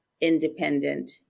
independent